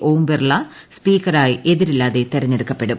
ഓം ബിർള സ്പീക്കറായി എതിരില്ലാതെ തിരഞ്ഞെടുക്കപ്പെടും